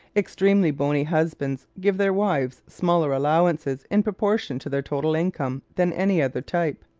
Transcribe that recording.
extremely bony husbands give their wives smaller allowances in proportion to their total income than any other type,